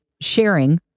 sharing